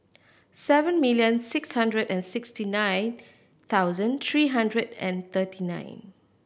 seven million six hundred and sixty nine thousand three hundred and thirty nine